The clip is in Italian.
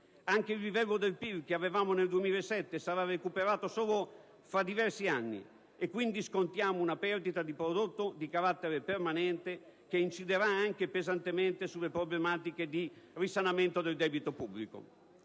Anche il livello del PIL che avevamo nel 2007 sarà recuperato solo tra diversi anni. Scontiamo, quindi, una perdita di prodotto di carattere permanente, che inciderà anche pesantemente sulle problematiche di risanamento del debito pubblico.